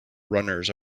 runners